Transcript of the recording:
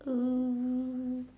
um